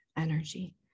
Energy